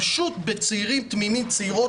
פשוט בצעירים וצעירות תמימים,